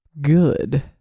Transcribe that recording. good